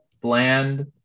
bland